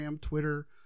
Twitter